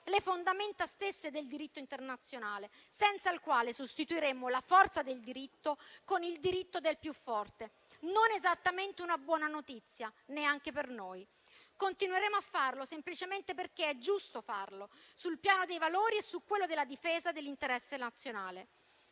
le fondamenta stesse del diritto internazionale, senza il quale sostituiremo la forza del diritto con il diritto del più forte: non esattamente una buona notizia, neanche per noi. Continueremo a farlo - semplicemente perché è giusto farlo - sul piano dei valori e su quello della difesa dell'interesse nazionale.